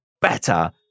better